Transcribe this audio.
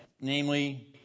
Namely